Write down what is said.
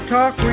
Talk